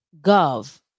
gov